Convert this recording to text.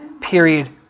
period